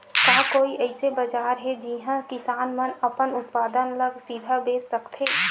का कोई अइसे बाजार हे जिहां किसान मन अपन उत्पादन ला सीधा बेच सकथे?